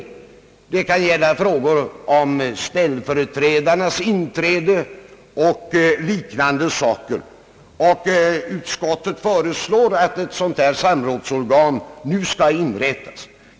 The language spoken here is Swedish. Det kan gälla frågor om ställföreträdarnas inträde och liknande saker, och utskottet föreslår att ett sådant samrådsorgan nu inrättas.